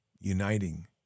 uniting